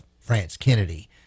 France-Kennedy